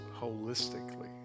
holistically